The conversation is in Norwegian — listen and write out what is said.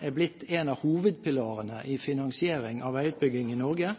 er blitt en av hovedpilarene i finansiering av veiutbygging i Norge.